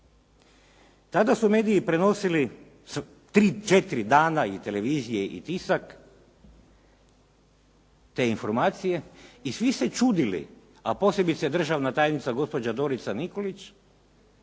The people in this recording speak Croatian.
Tada su mediji prenosili tri, četiri dana i televizije i tisak te informacije i svi se čudili, a posebice državna tajnica gospođa Dorica Nikolić,